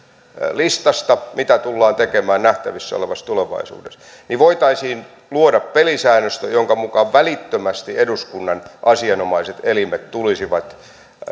listasta mitä tullaan tekemään nähtävissä olevassa tulevaisuudessa niin voitaisiin luoda pelisäännöstö jonka mukaan välittömästi eduskunnan asianomaiset elimet tulisivat